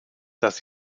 dass